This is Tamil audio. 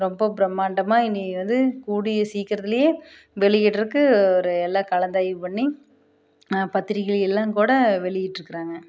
ரொம்ப பிரமாண்டமாக இன்றைக்கி வந்து கூடிய சீக்கிரத்திலயே வெளியிடறதுக்கு ஒரு எல்லாம் கலந்தாய்வு பண்ணி பத்திரிக்கையில் எல்லாம் கூட வெளியிட்டிருக்குறாங்க